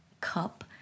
cup